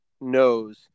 knows